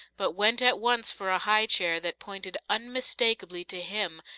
but went at once for a high chair that pointed unmistakably to him,